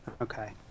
Okay